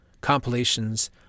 compilations